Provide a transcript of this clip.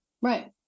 Right